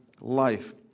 life